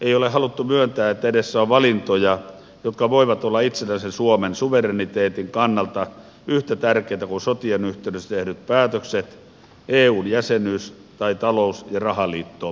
ei ole haluttu myöntää että edessä on valintoja jotka voivat olla itsenäisen suomen suvereniteetin kannalta yhtä tärkeitä kuin sotien yhteydessä tehdyt päätökset eun jäsenyys tai talous ja rahaliittoon meno